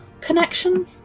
connection